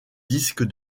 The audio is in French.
disque